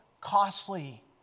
costly